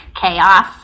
chaos